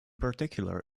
particular